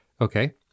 okay